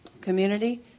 community